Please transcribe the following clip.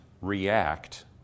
react